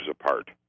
apart